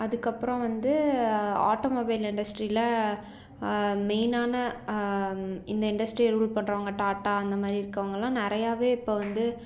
அதுக்கப்புறம் வந்து ஆட்டோமொபைல் இண்டஸ்ட்ரியில மெயினான இந்த இண்டஸ்ட்ரியை ரூல் பண்ணுறவங்க டாட்டா அந்தமாதிரி இருக்கவங்கல்லாம் நிறையாவே இப்போ வந்து